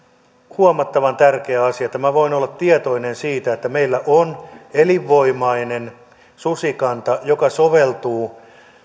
huomattavan tärkeä asia että minä voin olla tietoinen siitä että meillä on elinvoimainen susikanta joka soveltuu